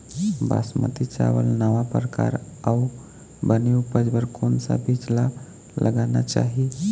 बासमती चावल नावा परकार अऊ बने उपज बर कोन सा बीज ला लगाना चाही?